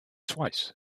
twice